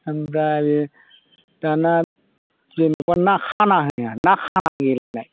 ओमफ्राय बेयो दाना जेनेबा ना खाना होनाया ना खाना गेलेनाय